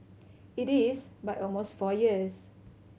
it is by almost four years